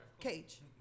Cage